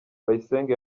bayisenge